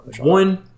one